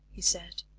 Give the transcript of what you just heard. he said,